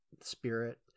spirit